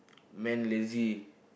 man lazy